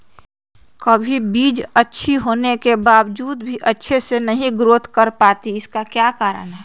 कभी बीज अच्छी होने के बावजूद भी अच्छे से नहीं ग्रोथ कर पाती इसका क्या कारण है?